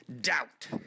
Doubt